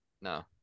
No